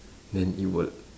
then it would